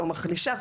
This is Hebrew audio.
או מחלישה,